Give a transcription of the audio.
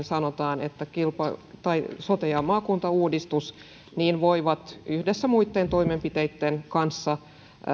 sanotaan että sote ja maakuntauudistus voivat yhdessä muitten toimenpiteitten kanssa